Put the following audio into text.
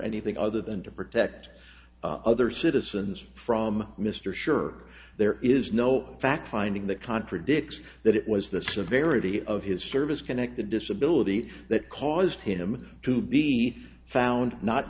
anything other than to protect other citizens from mr sure there is no fact finding that contradicts that it was the severity of his service connected disability that caused him to be found not